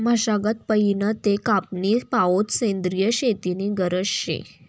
मशागत पयीन ते कापनी पावोत सेंद्रिय शेती नी गरज शे